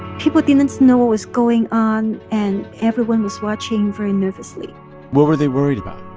people didn't know what was going on, and everyone was watching very nervously what were they worried about?